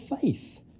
faith